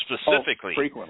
specifically